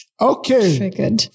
Okay